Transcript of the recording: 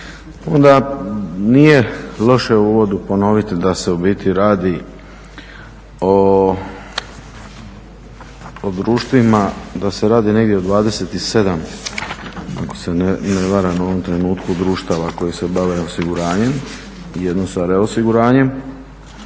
onda nije loše u uvodu ponoviti da se u biti radi o društvima da se radi negdje oko 27 ako se ne varam u ovom trenutku društava koji se bave osiguranjem i jedno sa reosiguranjem,